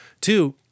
Two